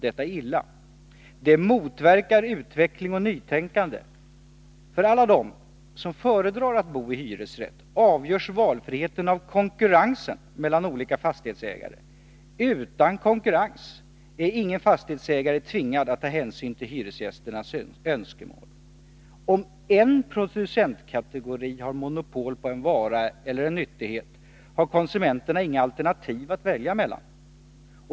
Detta är illa. Det motverkar utveckling och nytänkande. För alla dem som föredrar att bo med hyresrätt avgörs valfriheten av konkurrensen mellan olika fastighetsägare. Utan konkurrens är ingen fastighetsägare tvingad att ta hänsyn till hyresgästernas önskemål. Om en producentkategori har monopol på en vara eller nyttighet, har konsumenterna inga alternativ att välja mellan.